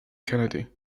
kennedy